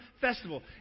festival